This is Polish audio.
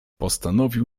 postanowił